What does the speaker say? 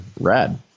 rad